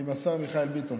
מיכאל ביטון.